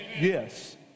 Yes